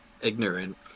ignorant